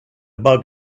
bug